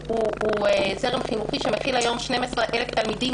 זרם חינוכי שמכיל היום 12,000 תלמידים,